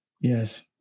Yes